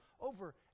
over